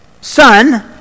Son